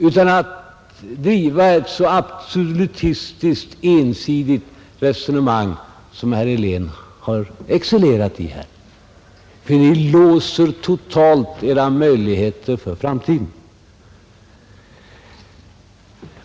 Genom att driva ett så absolutistiskt, ensidigt resonemang som herr Helén har excellerat i här låser ni totalt era möjligheter för framtiden.